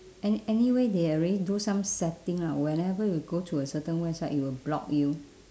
and anyway they already do some setting ah whenever you go to a certain website it will block you